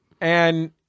and-